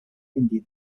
indian